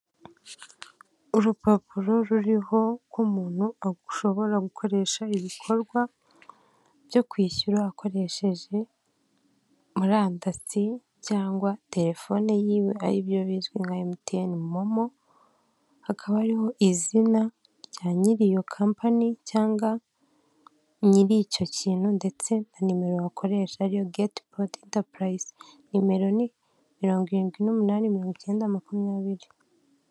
Urupapuro ruriho ko umuntu ashobora gukoresha ibikorwa byo kwishyura akoresheje murandasi cyangwa terefone yiwe ari byo bizwi nka MTN MoMo, hakaba hariho izina rya nyir'iyo company cyangwa nyir'icyo kintu ndetse na nimero wakoresha ari yo Getpong enterprise, nimero ni mirongo irindwi n'umunani, mirongo icyenda, makumyabiri.